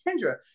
Kendra